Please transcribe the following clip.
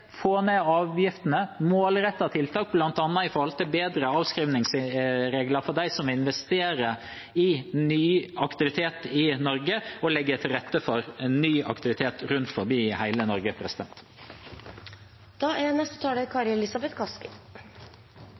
få ned avgiftene og ha målrettede tiltak, bl.a. bedre avskrivningsregler for dem som investerer i ny aktivitet i Norge, og legge til rette for ny aktivitet rundt om i hele Norge. Vi er